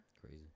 Crazy